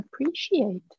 appreciate